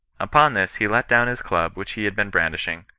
upon this he let down his club which he had been brandish ing,